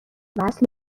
وصل